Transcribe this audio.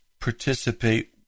participate